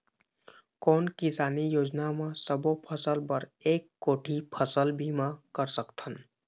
कोन किसानी योजना म सबों फ़सल बर एक कोठी फ़सल बीमा कर सकथन?